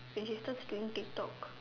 when she starts doing Tik Tok